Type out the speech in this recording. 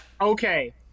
Okay